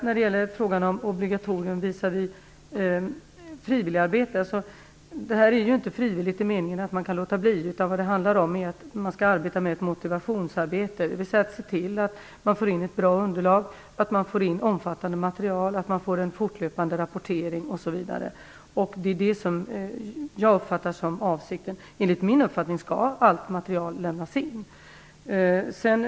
När det gäller frågan om obligatorium visavi frivilligarbete, vill jag säga att detta inte är frivilligt i den meningen att man kan låta bli. Vad det handlar om är ett motivationsarbete, dvs. se till att få in ett bra underlag, få in omfattande material, få en fortlöpande rapportering osv. Det är det som jag uppfattar som avsikten. Enligt min uppfattning skall allt material lämnas in.